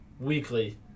weekly